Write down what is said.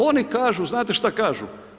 Oni kažu, znate šta kažu?